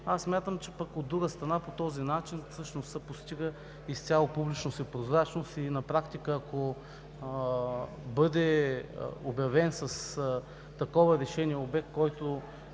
аз смятам, че, от друга страна, по този начин всъщност се постига изцяло публичност и прозрачност и на практика, ако бъде обявен с такова решение обект, който